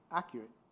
accurate